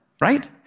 Right